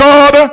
God